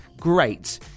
great